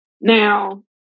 Now